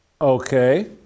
Okay